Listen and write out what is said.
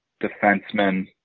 defensemen